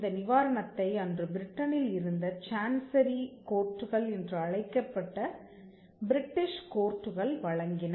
இந்த நிவாரணத்தை அன்றுபிரிட்டனில் இருந்த சான்சரி கோர்ட்டுகள் என்று அழைக்கப்பட்ட பிரிட்டிஷ் கோர்ட்டுகள் வழங்கின